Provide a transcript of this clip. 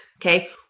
Okay